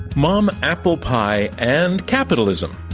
mom, apple pie, and capitalism,